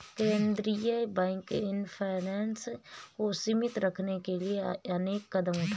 केंद्रीय bank inflation को सीमित रखने के लिए अनेक कदम उठाता है